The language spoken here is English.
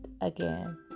again